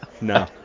No